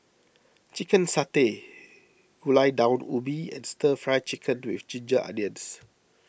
Chicken Satay Gulai Daun Ubi and Stir Fry Chicken with Ginger Onions